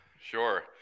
sure